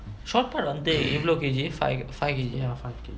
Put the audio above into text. short put வந்து எவ்ளோ:vanthu evlo K_G five five K_G ah